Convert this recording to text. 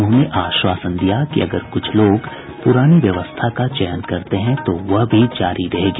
उन्होंने आश्वासन दिया कि अगर कुछ लोग पुरानी व्यवस्था का चयन करते हैं तो वह भी जारी रहेगी